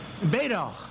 Beto